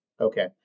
Okay